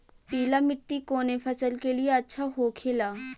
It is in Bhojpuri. पीला मिट्टी कोने फसल के लिए अच्छा होखे ला?